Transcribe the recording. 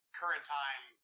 current-time